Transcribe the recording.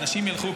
האנשים ילכו,